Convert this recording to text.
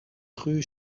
rue